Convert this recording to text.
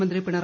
മന്ത്രി ജി